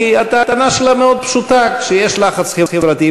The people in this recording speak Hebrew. כי הטענה שלה מאוד פשוטה: כשיש לחץ חברתי,